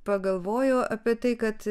pagalvojau apie tai kad